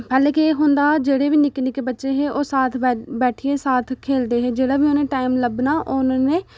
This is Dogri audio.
पैह्लें केह् होंदा हा जेह्ड़े बी निक्के निक्के बच्चे हे ओह् साथ बैठियै साथ खेढदे हे जेल्लै बी उ'नें ई टाइम लब्भना उ'नें